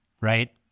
Right